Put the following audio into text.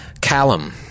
Callum